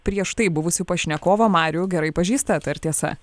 prieš tai buvusį pašnekovą marių gerai pažįstat ar tiesa